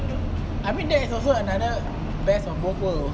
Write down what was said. I mean that is also another best of both world